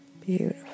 Beautiful